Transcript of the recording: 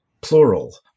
plural